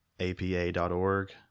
APA.org